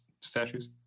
statues